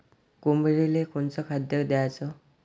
कोंबडीले कोनच खाद्य द्याच?